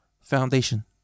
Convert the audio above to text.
Foundation